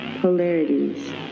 polarities